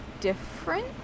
different